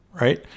right